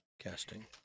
casting